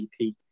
EP